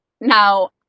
Now